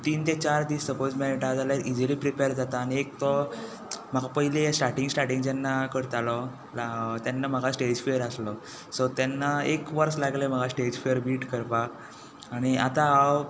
तीन ते चार दीस सपोज मेळटा जाल्यार इजिली प्रिपेर जाता आनी एक तो म्हाका पयलीं स्टार्टींग स्टार्टींग जेन्ना करतालो तेन्ना म्हाका स्टेज फियर आसलो सो तेन्ना एक वर्स लागलें म्हाका स्टेज फियर बीट करपा आनी आतां हांव